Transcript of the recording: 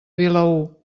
vilaür